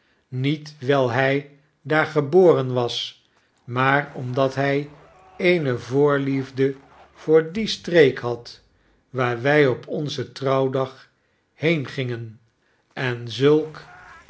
niet wil hi daar geboren was maar omdat hy eene voorliefde voor die streek had waar wy op onzen trouwdag heen gingen en zulk